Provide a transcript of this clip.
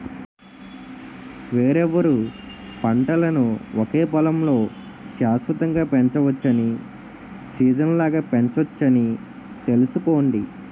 వేర్వేరు పంటలను ఒకే పొలంలో శాశ్వతంగా పెంచవచ్చని, సీజనల్గా పెంచొచ్చని తెలుసుకోండి